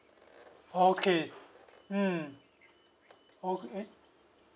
okay mm o~ eh